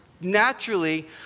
Naturally